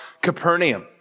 Capernaum